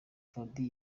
fuadi